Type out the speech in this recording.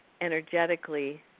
energetically